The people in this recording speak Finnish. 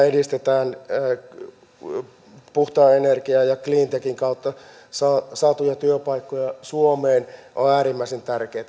edistetään puhtaan energian ja cleantechin kautta saatuja työpaikkoja suomeen ovat äärimmäisen tärkeitä pitää vain nyt